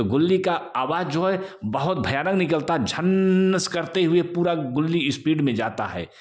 तो गिली का आवाज जो है बहुत भयानक निकलता है झन से करते हुए पूरा गिली स्पीड में जाता है